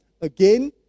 again